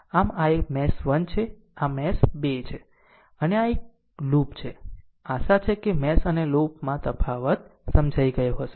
આમ આ મેશ 1 છે આ મેશ 2 છે અને આ એક લૂપ છે આશા છે કે મેશ અને લૂપ માં તફાવત સમજાઈ ગયો છે